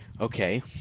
okay